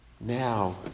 now